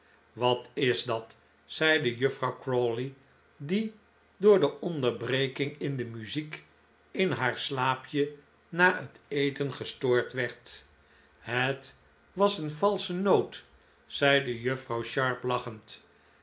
wat is dat zeide juffrouw crawley die door de onderbreking in de muziek in haar slaapje na het eten gestoord werd het was een valsche noot zeide juffrouw sharp lachend